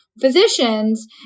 physicians